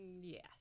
Yes